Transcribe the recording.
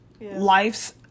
life's